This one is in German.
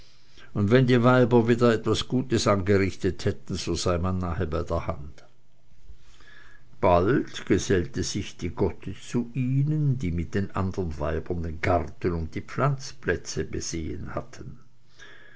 und wenn die weiber wieder etwas gutes angerichtet hätten so sei man nahe bei der hand bald gesellte sich die gotte zu ihnen die mit den andern weibern den garten und die pflanzplätze besehen hatte